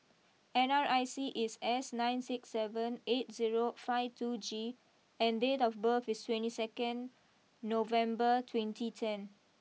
N R I C is S nine six seven eight zero five two G and date of birth is twenty second November twenty ten